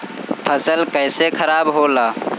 फसल कैसे खाराब होला?